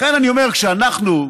לכן אני אומר: כשאנחנו,